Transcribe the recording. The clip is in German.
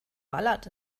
ballert